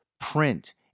print